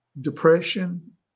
depression